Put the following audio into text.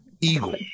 eagle